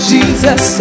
Jesus